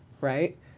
right